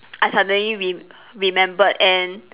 I suddenly re~ remembered and